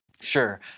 Sure